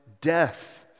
death